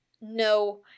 no